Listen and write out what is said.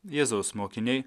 jėzaus mokiniai